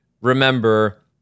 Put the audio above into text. remember